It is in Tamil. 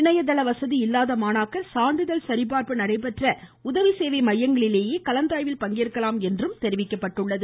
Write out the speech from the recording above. இணையதளவசதி இல்லாத மாணாக்கர் சான்றிதழ் சரிபார்ப்பு நடைபெற்ற உதவி சேவை மையங்களிலேயே கலந்தாய்வில் பங்கேற்கலாம் என தெரிவிக்கப்பட்டுள்ளது